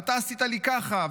ואתה עשית לי ככה,